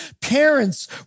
parents